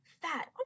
fat